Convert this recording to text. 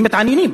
הם מתעניינים,